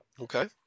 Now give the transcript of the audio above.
Okay